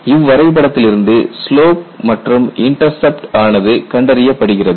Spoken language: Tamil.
இவ்வரைபடத்திலிருந்து ஸ்லோப் மற்றும் இன்டர்செப்ட் ஆனது கண்டறியப்படுகிறது